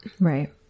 right